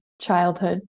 childhood